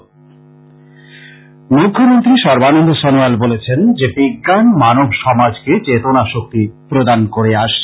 বিস্তারিত খবর মুখ্যমন্ত্রী সর্বানন্দ সনোয়াল বলেছেন যে বিজ্ঞান মানব সমাজকে চেতনা শক্তি প্রদান করে আসছে